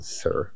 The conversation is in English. sir